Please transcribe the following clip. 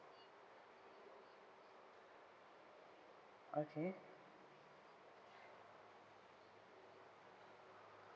okay